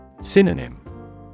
Synonym